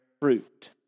fruit